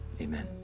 Amen